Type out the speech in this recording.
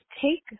take